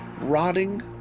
rotting